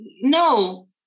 no